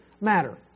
matter